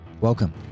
welcome